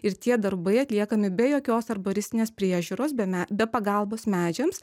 ir tie darbai atliekami be jokios arboristinės priežiūros be me be pagalbos medžiams